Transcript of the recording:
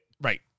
Right